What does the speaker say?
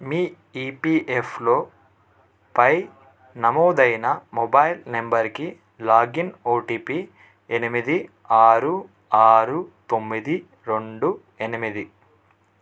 మీ ఈపియఫ్లో పై నమోదైన మొబైల్ నంబరుకి లాగిన్ ఓటిపి ఎనిమిది ఆరు ఆరు తొమ్మిది రెండు ఎనిమిది